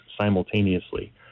simultaneously